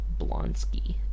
Blonsky